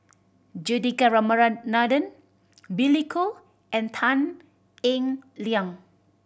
Juthika Ramanathan Billy Koh and Tan Eng Liang